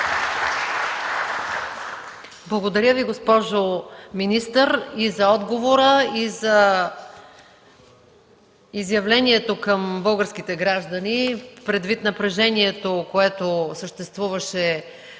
Благодаря Ви, госпожо министър и за отговора, и за изявлението към българските граждани предвид напрежението, което съществуваше с учебните